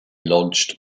lodged